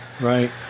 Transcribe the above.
right